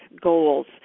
goals